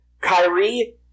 Kyrie